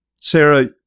Sarah